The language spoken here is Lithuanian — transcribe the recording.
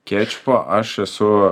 kečupo aš esu